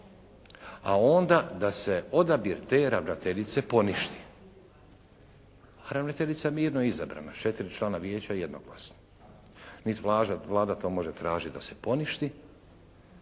a onda da se odabir te ravnateljice poništi. A ravnateljica je mirno izabrana, sa četiri člana Vijeća jednoglasno. Niti Vlada to može tražiti da se poništi.